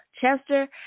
Chester